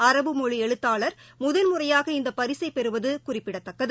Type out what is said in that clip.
அரபு மொழிஎழுத்தாளர் முதல்முறையாக இந்தப் பரிசைப் பெறுவதுகுறிப்பிடத்தக்கது